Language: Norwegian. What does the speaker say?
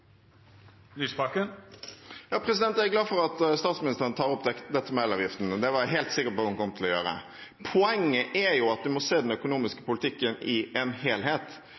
Jeg er glad for at statsministeren tar opp elavgiften, og det var jeg helt sikker på at hun kom til å gjøre. Poenget er at man må se den økonomiske politikken i en helhet.